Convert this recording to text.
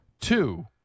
Two